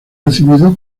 recibido